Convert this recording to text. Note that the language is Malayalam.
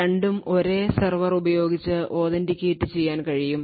രണ്ടും ഒരേ സെർവർ ഉപയോഗിച്ച് authenticate ചെയ്യാൻ കഴിയും